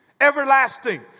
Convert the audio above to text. Everlasting